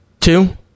two